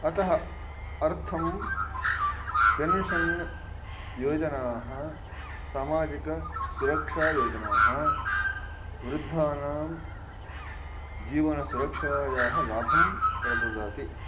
अतः अर्थं पेन्शन् योजनाः सामाजिकसुरक्षायोजनाः वृद्धानां जीवनसुरक्षायाः लाभं प्रददाति